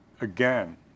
again